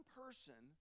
person